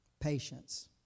patience